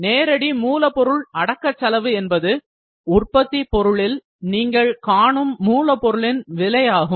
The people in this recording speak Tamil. நேரடி மூலப்பொருள் அடக்க செலவு என்பது உற்பத்தி பொருளில் நீங்கள் காணும் மூலபொருளின் விலை ஆகும்